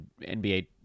nba